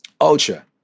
Ultra